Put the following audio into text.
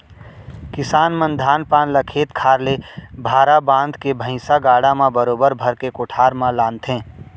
किसान मन धान पान ल खेत खार ले भारा बांध के भैंइसा गाड़ा म बरोबर भर के कोठार म लानथें